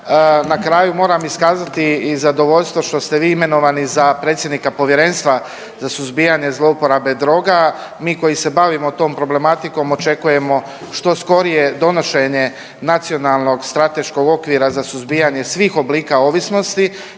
Na kraju moram iskazati i zadovoljstvo što ste vi imenovani za predsjednika Povjerenstva za suzbijanje zlouporabe droga. Mi koji se bavimo tom problematikom očekujemo što skorije donošenje nacionalnog strateškog okvira za suzbijanje svih oblika ovisnosti